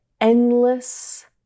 endless